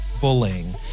bullying